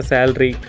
Salary